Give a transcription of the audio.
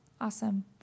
Awesome